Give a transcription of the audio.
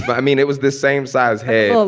but i mean, it was the same size. hey